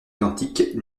identiques